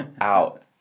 out